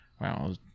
Wow